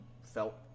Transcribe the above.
felt